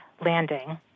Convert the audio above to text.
landing